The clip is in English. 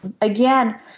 Again